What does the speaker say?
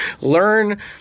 learn